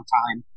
time